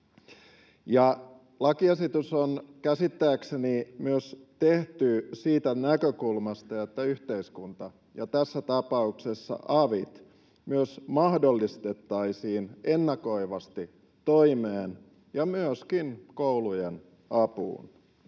Lakiesitys on käsittääkseni myös tehty siitä näkökulmasta, että yhteiskunta ja tässä tapauksessa avit myös mahdollistettaisiin ennakoivasti toimeen ja myöskin koulujen avuksi.